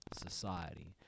society